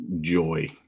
joy